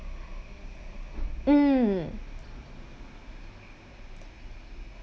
mm